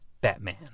Batman